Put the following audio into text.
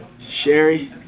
Sherry